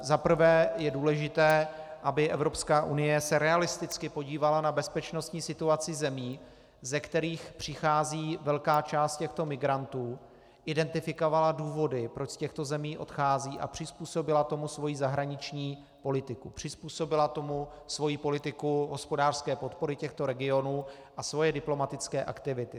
Za prvé je důležité, aby Evropská unie se realisticky podívala na bezpečnostní situaci zemí, ze kterých přichází velká část těchto migrantů, identifikovala důvody, proč z těchto zemí odcházejí, a přizpůsobila tomu svoji zahraniční politiku, přizpůsobila tomu svoji politiku hospodářské podpory těchto regionů a svoje diplomatické aktivity.